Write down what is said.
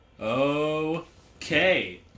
Okay